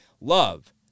love